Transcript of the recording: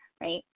right